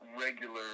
regular